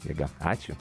jėga ačiū